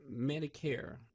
Medicare